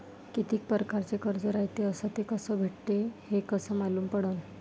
कितीक परकारचं कर्ज रायते अस ते कस भेटते, हे कस मालूम पडनं?